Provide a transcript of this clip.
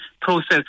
process